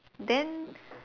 then